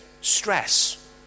stress